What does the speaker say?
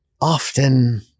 often